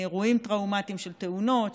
מאירועים טראומטיים של תאונות,